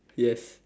yes